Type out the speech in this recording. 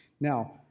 Now